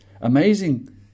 amazing